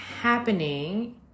happening